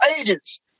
agents